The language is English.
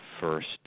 first